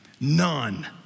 None